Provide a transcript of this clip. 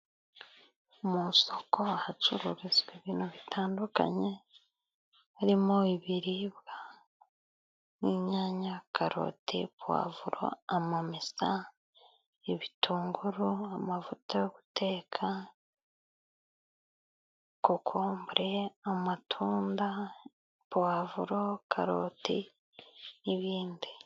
Mu isoko hacururizwa ibintu bitandukanye, birimo ibiribwa nk'inyanya, karoti, povuro, amamesa, ibitunguru, amavuta yo guteka, kokombure, amatunda, pavuro, karoti, n'ibindi.